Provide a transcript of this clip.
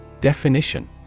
Definition